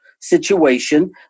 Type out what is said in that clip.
situation